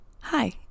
hi